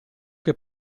che